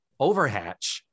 overhatch